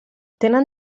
tenen